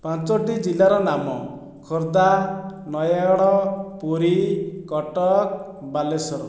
ପାଞ୍ଚଟି ଜିଲ୍ଲାର ନାମ ଖୋର୍ଦ୍ଧା ନୟାଗଡ଼ ପୁରୀ କଟକ ବାଲେଶ୍ଵର